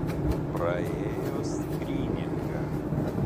praėjo skryningą